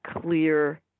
clear